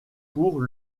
pour